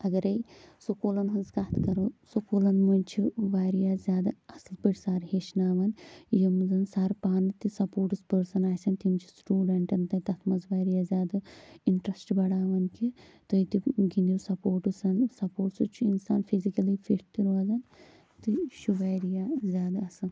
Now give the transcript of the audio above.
اگرٔے سکولَن ہنٛز کَتھ کَرَو سکولَن منٛز چھِ واریاہ زیادٕ اصٕل پٲٹھۍ سَر ہیٚچھناوان یِم زَن سَر پانہٕ تہِ سَپورٹٕس پٔرسَن آسن تِم چھِ سٹوڈنٹن تہِ تَتھ منٛز واریاہ زیادٕ اِنٹرسٹہٕ بڑھاوان کہ تُہۍ تہِ گِنٛدو سَپورٹٕس سَپورٹٕس سۭتۍ چھُ اِنسان فِزِکٕلی فِٹ تہِ روزان تہٕ یہِ چھُ واریاہ زیادٕ اصٕل